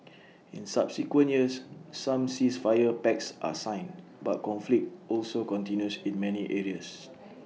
in subsequent years some ceasefire pacts are signed but conflict also continues in many areas